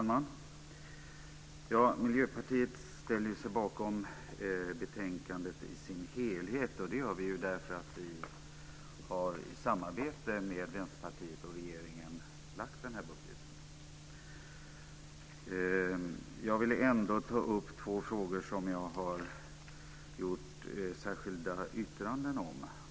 Fru talman! Miljöpartiet ställer sig bakom betänkandet i dess helhet - vi har ju i samarbete med Vänsterpartiet och regeringen lagt fram den här budgeten. Jag vill ändå ta upp två frågor som jag har avgett särskilda yttranden om.